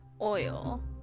oil